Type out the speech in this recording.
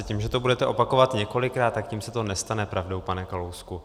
Tím, že to budeme opakovat několikrát, tak tím se to nestane pravdou, pane Kalousku.